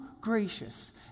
gracious